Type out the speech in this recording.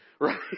Right